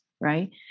right